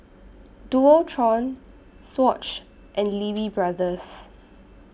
Dualtron Swatch and Lee Wee Brothers